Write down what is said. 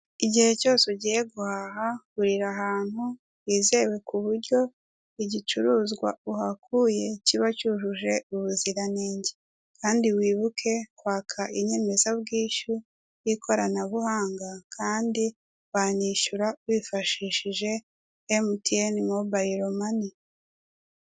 Igihe cyose ugiye guhaha gurira ahantu hizewe kuburyo igicuruzwa uhakuye kiba cyujuje ubuziranenge, kandi wibuke kwaka inyemezabwishyu y'ikoranabuhanga kandi wanishyura wifashishije emutiyene mobayiro mani.